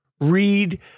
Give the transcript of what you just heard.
read